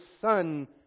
son